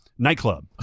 nightclub